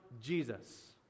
jesus